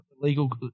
legal